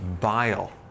bile